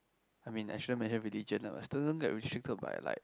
I mean I shouldn't mention religion lah but still don't get restricted by like